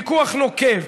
ויכוח נוקב,